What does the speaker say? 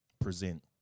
present